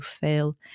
fail